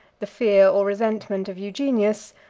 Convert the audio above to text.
the fear or resentment of eugenius,